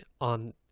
on